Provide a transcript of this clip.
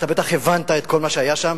אתה בטח הבנת את כל מה שהיה שם.